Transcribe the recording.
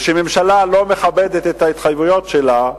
כשממשלה לא מכבדת את ההתחייבויות שלה,